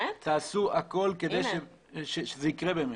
תעשו הכול כדי שזה יקרה.